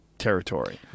Territory